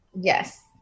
yes